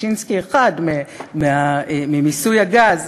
ששינסקי 1 ממיסוי הגז,